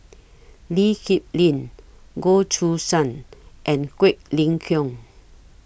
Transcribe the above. Lee Kip Lin Goh Choo San and Quek Ling Kiong